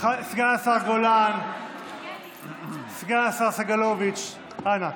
סגן השר גולן, סגן השר סגלוביץ', אנא.